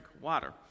water